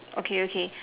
okay okay